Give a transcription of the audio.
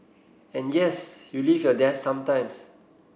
and yes you leave your desk sometimes